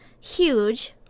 huge